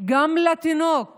והאפשרות לחיים